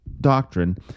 doctrine